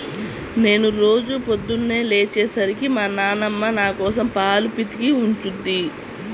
నేను రోజూ పొద్దన్నే లేచే సరికి మా నాన్నమ్మ నాకోసం పాలు పితికి ఉంచుద్ది